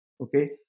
okay